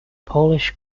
polish